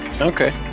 Okay